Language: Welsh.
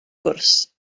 gwrs